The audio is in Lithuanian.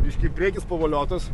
biškį priekis pavoliotas